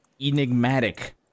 Enigmatic